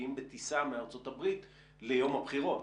שמגיעים בטיסה מארצות הברית ליום הבחירות?